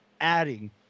adding